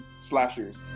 slashers